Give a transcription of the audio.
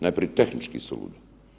Najprije tehnički suludo.